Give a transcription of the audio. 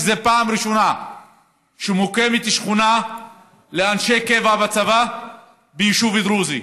וזאת הפעם הראשונה שמוקמת שכונה לאנשי קבע בצבא ביישוב דרוזי,